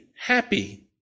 happy